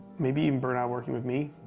maybe even burnt out working with me.